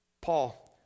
Paul